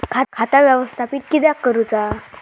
खाता व्यवस्थापित किद्यक करुचा?